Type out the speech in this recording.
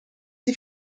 sie